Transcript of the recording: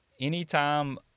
anytime